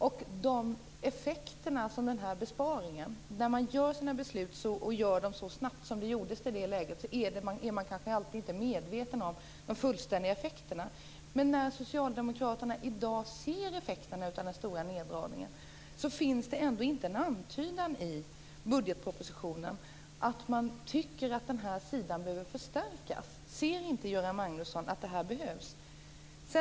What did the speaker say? När man beslutar om besparingar så snabbt som man gjorde i det läget är man kanske inte alltid medveten om de fullständiga effekterna. Men i dag, när Socialdemokraterna ser effekterna av den stora neddragningen, finns det ändå ingen antydan i budgetpropositionen om att den här sidan behöver förstärkas. Ser inte Göran Magnusson att det behövs?